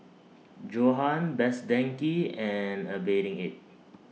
Johan Best Denki and A Bathing Ape